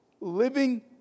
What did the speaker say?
living